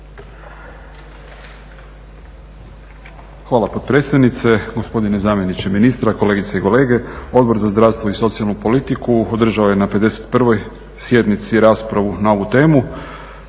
Hvala potpredsjednice. Gospodine zamjeniče ministra, kolegice i kolege. Odbor za zdravstvo i socijalnu politiku održao je na 51. sjednici raspravu na ovu temu